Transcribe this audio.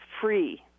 free